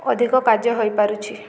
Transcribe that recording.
ଅଧିକ କାର୍ଯ୍ୟ ହୋଇପାରୁଛି